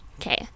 okay